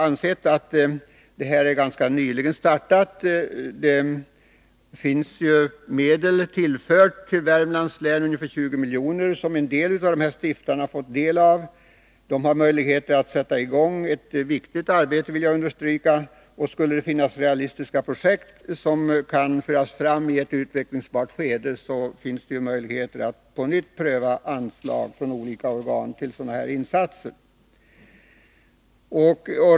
Detta är alltså ganska nyligen startat. Det har tillförts medel -— ungefär 20 milj.kr. för Värmlands län — som vissa av stiftarna fått del av. Man har möjlighet att sätta i gång ett riktigt arbete — det vill jag understryka. Vi har från majoritetens sida ansett att om det skulle finnas realistiska projekt som förs fram i ett utvecklingsbart skede, så finns det ju möjligheter att på nytt pröva anslag från olika organ till sådana insatser.